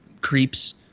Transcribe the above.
creeps